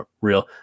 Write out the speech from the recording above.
real